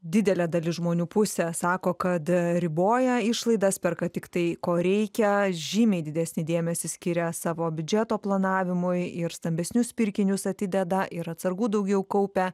didelė dalis žmonių pusė sako kad riboja išlaidas perka tik tai ko reikia žymiai didesnį dėmesį skiria savo biudžeto planavimui ir stambesnius pirkinius atideda ir atsargų daugiau kaupia